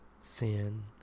Sin